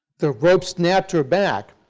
the rope snapped her back,